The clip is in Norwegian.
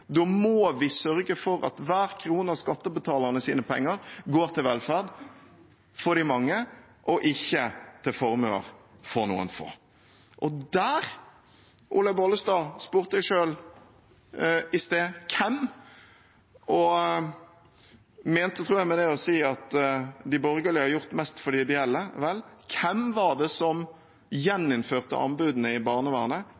Da må vi sørge for at hver krone av skattebetalernes penger går til velferd for de mange og ikke til formuer for noen få. Olaug Bollestad spurte i sted «hvem?», og mente, tror jeg, med det å si at de borgerlige har gjort mest for de ideelle. Vel – hvem var det som